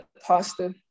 pasta